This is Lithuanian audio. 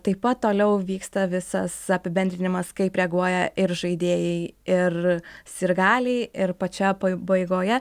taip pat toliau vyksta visas apibendrinimas kaip reaguoja ir žaidėjai ir sirgaliai ir pačioje pabaigoje